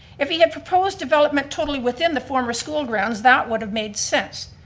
if he had proposed development totally within the former school grounds, that would have made sense.